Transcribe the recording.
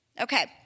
Okay